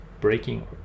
breaking